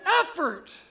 effort